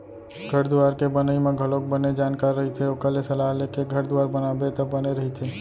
घर दुवार के बनई म घलोक बने जानकार रहिथे ओखर ले सलाह लेके घर दुवार बनाबे त बने रहिथे